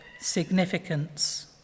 significance